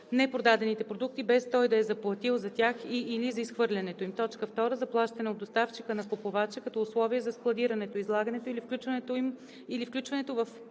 непродадени продукти, без той да е заплатил за тях и/или за изхвърлянето им; 2. заплащане от доставчика на купувача като условие за складирането, излагането или включването в продуктовата